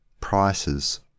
Prices